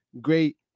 great